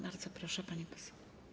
Bardzo proszę, pani poseł.